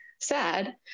sad